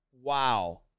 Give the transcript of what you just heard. Wow